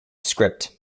script